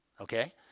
Okay